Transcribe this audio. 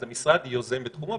אז המשרד יוזם בתחומו.